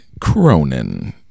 Cronin